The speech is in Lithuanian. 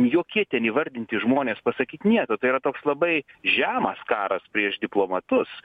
jokie ten įvardinti žmonės pasakyt nieko tai yra toks labai žemas karas prieš diplomatus